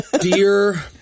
Dear